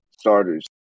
starters